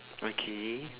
okay